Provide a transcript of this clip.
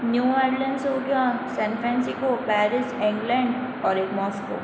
new Orleans हो गया San Francisco Paris England और एक मॉस्को